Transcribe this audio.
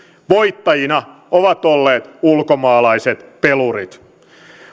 voittajina ovat olleet ulkomaalaiset pelurit